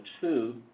two